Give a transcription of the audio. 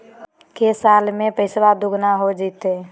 को साल में पैसबा दुगना हो जयते?